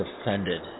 offended